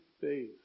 faith